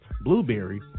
Blueberry